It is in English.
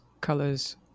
colors